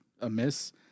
amiss